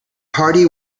party